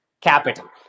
Capital